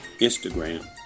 Instagram